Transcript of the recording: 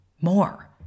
more